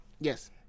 Yes